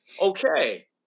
Okay